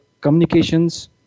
communications